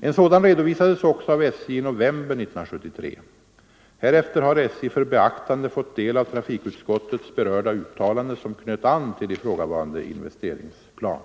En sådan redovisades också av SJ i november 1973. Härefter har SJ för beaktande fått de! av trafikutskottets berörda uttalande, som knöt an till ifråga varande investeringsplan.